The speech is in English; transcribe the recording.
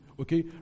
okay